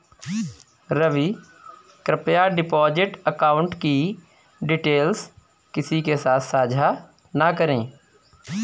रवि, कृप्या deposit account की details किसी के साथ सांझा न करें